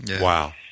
Wow